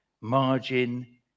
Margin